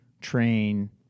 train